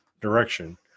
direction